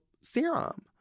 serum